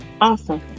Awesome